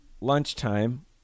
lunchtime